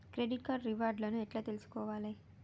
Credit card reward లను ఎట్ల తెలుసుకోవాలే?